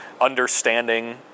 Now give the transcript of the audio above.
understanding